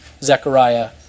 Zechariah